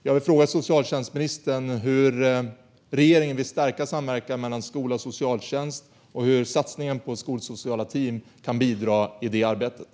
Jag vill fråga socialtjänstministern hur regeringen vill stärka samverkan mellan skola och socialtjänst och hur satsningen på skolsociala team kan bidra i det arbetet.